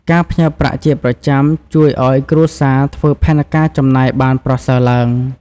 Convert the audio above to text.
ការផ្ញើប្រាក់ជាប្រចាំជួយឱ្យគ្រួសារធ្វើផែនការចំណាយបានប្រសើរឡើង។